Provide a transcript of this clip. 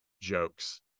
jokes